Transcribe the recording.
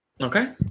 Okay